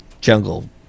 jungle